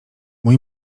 mój